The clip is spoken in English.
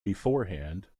beforehand